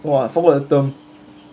!wah! I forgot the term